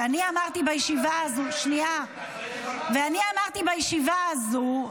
אני אמרתי בישיבה הזו ------ אני אמרתי בישיבה הזו,